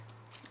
כן,